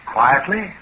Quietly